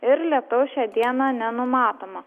ir lietaus šią dieną nenumatoma